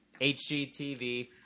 HGTV